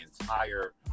entire